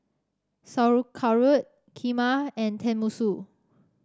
Sauerkraut Kheema and Tenmusu